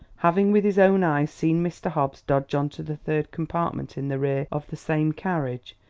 having with his own eyes seen mr. hobbs dodge into the third compartment in the rear of the same carriage,